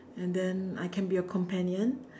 and then I can be a companion